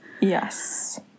yes